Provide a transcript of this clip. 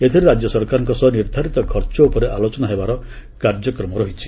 ଏଥିରେ ରାଜ୍ୟ ସରକାରଙ୍କ ସହ ନିର୍ଦ୍ଧାରିତ ଖର୍ଚ୍ଚ ଉପରେ ଆଲୋଚନା ହେବାର କାର୍ଯ୍ୟକ୍ରମ ରହିଛି